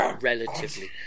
relatively